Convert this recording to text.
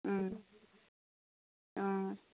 অঁ